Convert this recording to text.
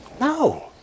no